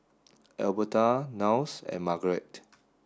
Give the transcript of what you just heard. Elberta Niles and Margarete